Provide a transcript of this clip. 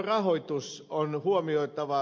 rahoitus on huomioitava